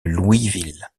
louisville